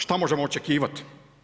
Šta možemo očekivati?